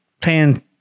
playing